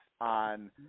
on